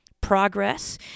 progress